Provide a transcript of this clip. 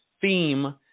theme